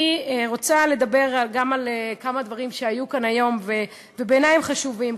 אני רוצה לדבר גם על כמה דברים שהיו כאן היום ובעיני הם חשובים.